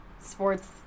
sports